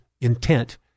intent